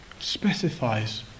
Specifies